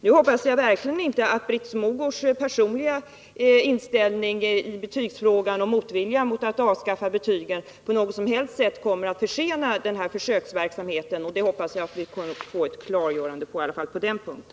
Nu hoppas jag verkligen inte att Britt Mogårds personliga inställning i betygsfrågan och motvilja mot att avskaffa betygen på något sätt kommer att försena den här försöksverksamheten. Jag hoppas att vi kommer att få ett klargörande i varje fall på den punkten.